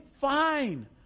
Fine